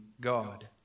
God